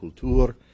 Culture